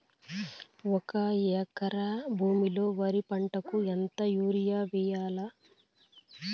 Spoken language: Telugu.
ఒక ఎకరా భూమిలో వరి పంటకు ఎంత యూరియ వేయల్లా?